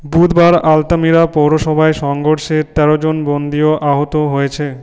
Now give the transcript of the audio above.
বুধবার আলতামিরা পৌরসভায় সংঘর্ষে তেরোজন বন্দিও আহত হয়েছে